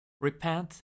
Repent